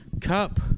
cup